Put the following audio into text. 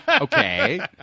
Okay